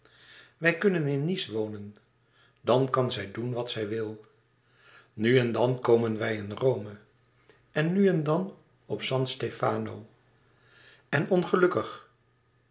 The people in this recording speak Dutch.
wij kunnen in nice wonen dan kan zij doen wat zij wil nu en dan komen wij in rome en nu en dan op an tefano n ongelukkig